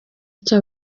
icyo